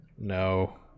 No